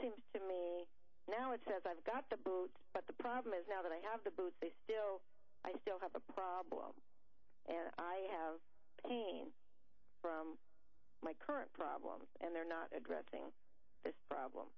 seems to me now it says i've got the boots but the problem is now that i have to boot still i still have a problem and i have pain from my current problem and they're not addressing this problem